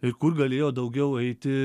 ir kur galėjo daugiau eiti